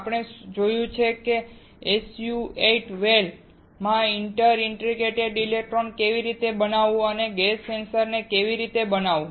આપણે જોયું છે કે SU 8 વેલ માં ઇન્ટર ડિજિટેટેડ ઇલેક્ટ્રોડ કેવી રીતે બનાવવું અને ગેસ સેન્સર કેવી રીતે બનાવવું